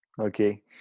Okay